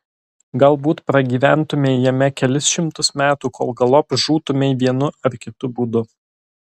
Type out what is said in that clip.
galbūt pragyventumei jame kelis šimtus metų kol galop žūtumei vienu ar kitu būdu